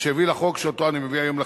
שהביא לחוק שאני מביא היום לכנסת.